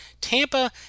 Tampa